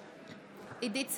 בעד עידית סילמן,